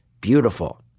beautiful